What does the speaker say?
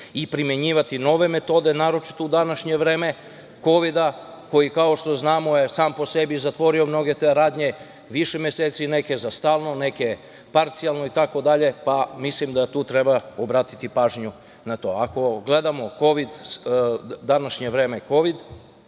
i primenjivati nove metode, naročito u današnje vreme Kovida, koji kao što znamo je sam po sebi zatvorio mnoge te radnje više meseci, neke za stalno, neke parcijalno itd, pa, mislim da tu treba obratiti pažnju na to. Ako gledamo Kovid u današnje vreme,